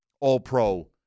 all-pro